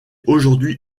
aujourd’hui